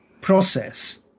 process